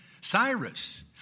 Cyrus